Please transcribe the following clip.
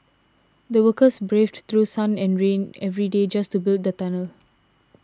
the workers braved through sun and rain every day just to build the tunnel